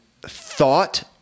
thought